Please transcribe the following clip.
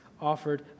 offered